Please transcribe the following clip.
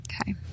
Okay